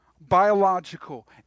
biological